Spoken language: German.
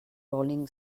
rolling